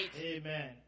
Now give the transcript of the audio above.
Amen